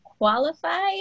Qualified